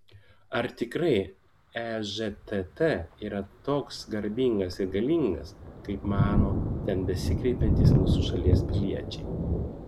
ar tikrai ežtt yra toks garbingas ir galingas kaip mano ten besikreipiantys mūsų šalies piliečiai